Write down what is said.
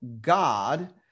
God